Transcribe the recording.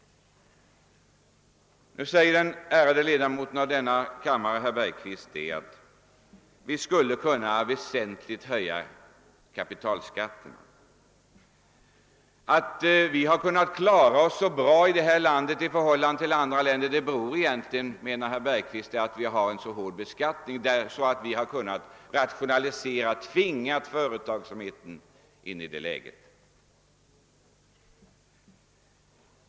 Nu säger den ärade ledamoten i denna kammare, herr Bergqvist, att vi skulle kunna höja kapitalskatten kraftigt. Att vi har kunnat klara oss så bra i detta land i förhållande till andra länder beror egentligen på, menar herr Bergqvist, att vi har en så hård beskattning, att vi har kunnat tvinga företagsamheten till rationaliseringar.